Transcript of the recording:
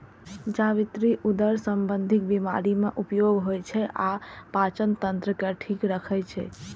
जावित्री उदर संबंधी बीमारी मे उपयोग होइ छै आ पाचन तंत्र के ठीक राखै छै